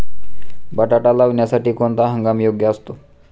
बटाटा लावण्यासाठी कोणता हंगाम योग्य असतो?